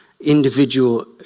individual